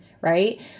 right